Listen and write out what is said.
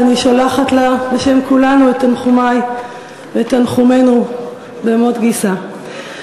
ואני שולחת לה בשם כולנו את תנחומי ואת תנחומינו על מות גיסה.